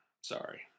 sorry